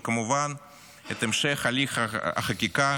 וכמובן את המשך הליך החקיקה